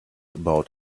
about